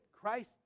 Christ